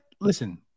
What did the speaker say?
listen